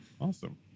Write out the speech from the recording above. Awesome